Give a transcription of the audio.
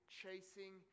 chasing